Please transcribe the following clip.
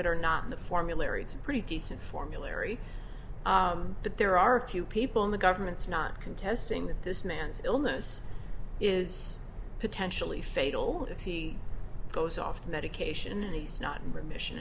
that are not in the formulary it's a pretty decent formulary but there are a few people in the government's not contesting that this man's illness is potentially fatal if he goes off medication and he's not in remission